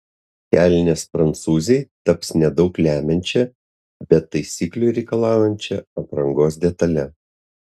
kelnės prancūzei taps nedaug lemiančia bet taisyklių reikalaujančia aprangos detale